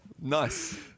Nice